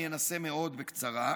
אני אנסה מאוד בקצרה: